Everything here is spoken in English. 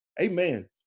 Amen